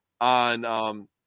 on –